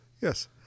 Yes